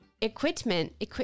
equipment